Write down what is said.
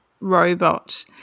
robot